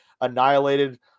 annihilated